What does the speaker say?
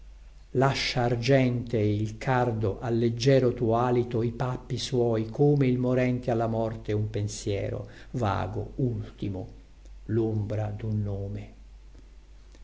lascia argentei il cardo al leggiero tuo alito i pappi suoi come il morente alla morte un pensiero vago ultimo lombra dun nome